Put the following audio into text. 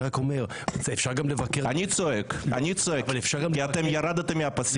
אני צועק, כי אתם ירדתם מהפסים.